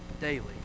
daily